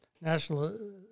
national –